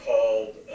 called